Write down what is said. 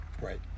Right